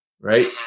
right